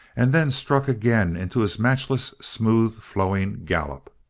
and then struck again into his matchless, smooth flowing gallop!